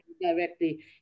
directly